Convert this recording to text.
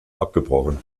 abgebrochen